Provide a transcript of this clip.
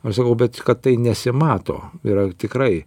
aš sakau bet kad tai nesimato yra tikrai